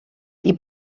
die